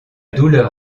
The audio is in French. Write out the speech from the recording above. douleur